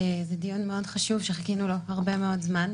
זה דיון מאוד חשוב שחיכינו לו הרבה מאוד זמן,